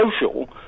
social